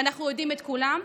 ואנחנו יודעים את כולם,